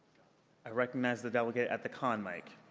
i recognize the delegate at the con mic.